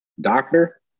doctor